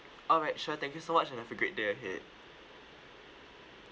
alright sure thank you so much and have a great day ahead